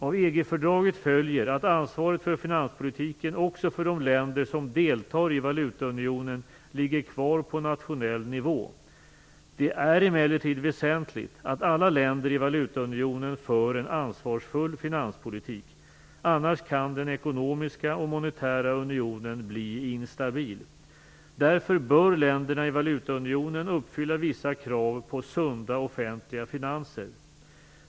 Av EG fördraget följer att ansvaret för finanspolitiken också för de länder som deltar i valutaunionen ligger kvar på nationell nivå. Det är emellertid väsentligt att alla länder i valutaunionen för en ansvarsfull finanspolitik. Annars kan den ekonomiska och monetära unionen bli instabil. Därför bör länderna i valutaunionen uppfylla vissa krav på sunda offentliga finanser.